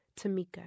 Tamika